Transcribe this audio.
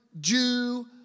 Jew